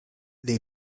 they